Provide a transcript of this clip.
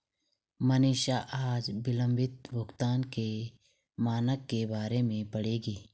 मनीषा आज विलंबित भुगतान के मानक के बारे में पढ़ेगी